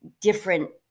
different